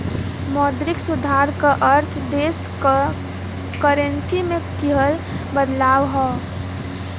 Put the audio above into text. मौद्रिक सुधार क अर्थ देश क करेंसी में किहल बदलाव हौ